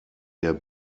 der